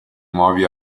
nuovi